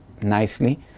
nicely